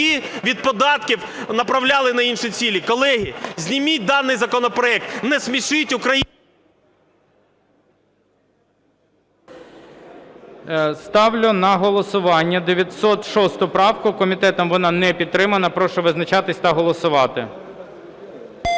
від податків направляли на інші цілі? Колеги, зніміть даний законопроект, не смішіть… ГОЛОВУЮЧИЙ. Ставлю на голосування 906 правку. Комітетом вона не підтримана. Прошу визначатися та голосувати.